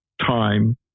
time